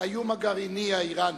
האיום הגרעיני האירני.